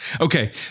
okay